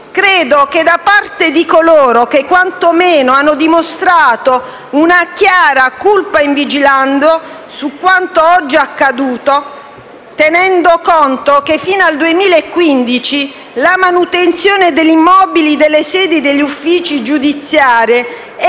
Credo che da parte di coloro che, quanto meno, hanno dimostrato una chiara *culpa in vigilando* su quanto oggi accaduto (tenendo conto che, fino al 2015, la manutenzione degli immobili delle sedi degli uffici giudiziari